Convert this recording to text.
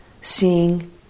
seeing